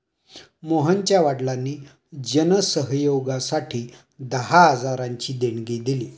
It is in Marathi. मोहनच्या वडिलांनी जन सहयोगासाठी दहा हजारांची देणगी दिली